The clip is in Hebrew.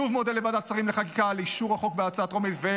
אני שוב מודה לוועדת שרים לחקיקה על אישור החוק בהצעה טרומית,